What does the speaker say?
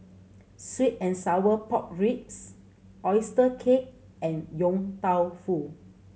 sweet and sour pork ribs oyster cake and Yong Tau Foo